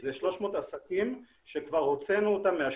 זה 300 עסקים שכבר הוצאנו אותם מהשוק.